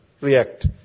react